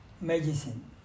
medicine